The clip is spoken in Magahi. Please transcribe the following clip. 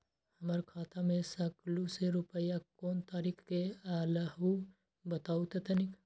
हमर खाता में सकलू से रूपया कोन तारीक के अलऊह बताहु त तनिक?